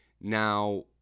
Now